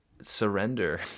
surrender